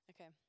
Okay